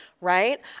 Right